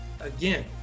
again